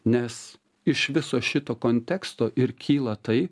nes iš viso šito konteksto ir kyla tai